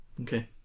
Okay